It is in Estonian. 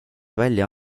välja